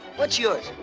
what's yours?